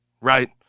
right